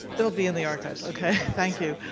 they'll be in the archives okay, thank you.